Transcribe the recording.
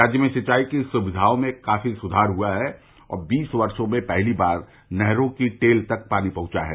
राज्य में सिंचाई की सुविधाओं में काफी सुधार हुआ है और बीस वर्षो में पहली बार नहरों की टेल तक पानी पहुंचा है